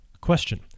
question